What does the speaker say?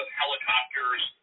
helicopters